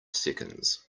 seconds